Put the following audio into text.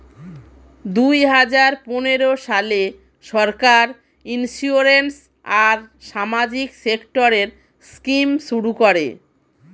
দুই হাজার পনেরো সালে সরকার ইন্সিওরেন্স আর সামাজিক সেক্টরের স্কিম শুরু করে